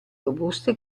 robuste